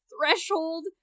threshold